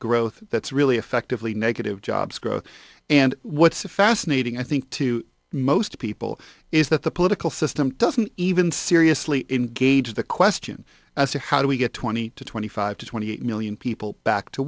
growth that's really effectively negative jobs growth and what's fascinating i think to most people is that the political system doesn't even seriously engage the question as to how do we get twenty to twenty five to twenty eight million people back to